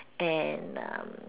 and um